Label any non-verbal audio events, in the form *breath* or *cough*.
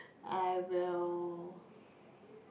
I will *breath*